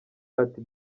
ati